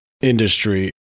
industry